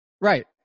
right